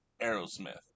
Aerosmith